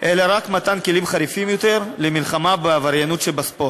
אלא רק במתן כלים חריפים יותר למלחמה בעבריינות בספורט.